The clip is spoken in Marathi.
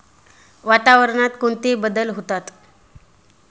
वातावरणात कोणते बदल होतात?